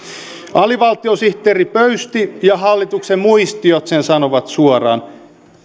alivaltiosihteeri pöysti ja hallituksen muistiot sen sanovat suoraan